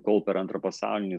kol per antrą pasaulinį